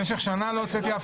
במשך שנה לא הוצאתי אף